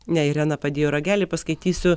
ne irena padėjo ragelį paskaitysiu